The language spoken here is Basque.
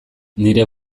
nire